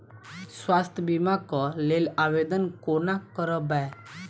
स्वास्थ्य बीमा कऽ लेल आवेदन कोना करबै?